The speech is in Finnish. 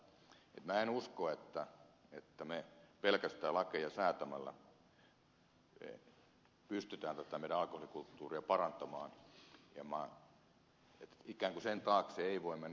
minä en usko että me pelkästään lakeja säätämällä pystymme alkoholikulttuuriamme parantamaan ikään kuin sen taakse ei voi mennä piiloon